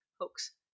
hoax